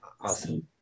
Awesome